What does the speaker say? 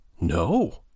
No